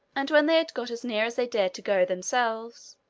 and when they had got as near as they dared to go themselves,